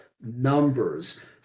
numbers